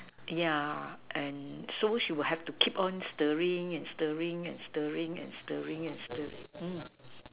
yeah and so she would have to keep on stirring and stirring and stirring and stirring and stirring hmm